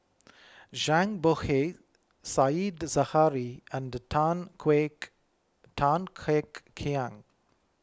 Zhang Bohe Said Zahari and Tan Kek Tan Hek Hiang